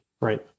right